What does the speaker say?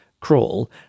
Crawl